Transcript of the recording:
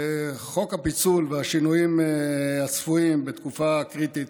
חוק הפיצול והשינויים שצפויים בתקופה הקריטית,